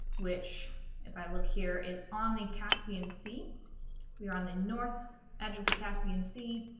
which if i look here is on the caspian sea we are on the north edge of the caspian sea.